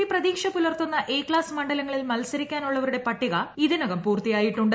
P പ്രതീക്ഷ പുലർത്തുന്ന A class മണ്ഡലങ്ങളിൽ മത്സരിക്കാനുള്ളവരുടെ പട്ടിക ഇതിനകം പൂർത്തിയായിട്ടുണ്ട്